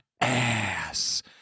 ass